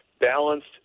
balanced